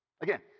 Again